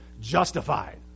justified